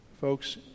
Folks